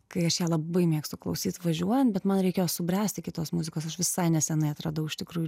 kai aš ją labai mėgstu klausyt važiuojant bet man reikia subręsti kitos muzikos aš visai neseniai atradau iš tikrųjų